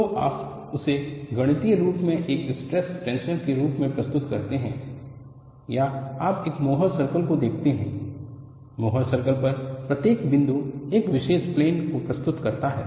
तो आप उसे गणितीय रूप में एक स्ट्रेस टेंसर के रूप में प्रस्तुत करते हैं या आप एक मोहर सर्कल को देखते हैं मोहर सर्कल पर प्रत्येक बिंदु एक विशेष प्लेन को प्रस्तुत करता है